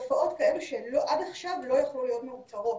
תופעות שעד עכשיו לא יכלו להיות מאותרות,